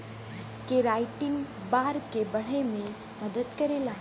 keratin बार के बढ़े में मदद करेला